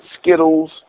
Skittles